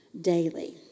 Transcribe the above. daily